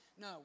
No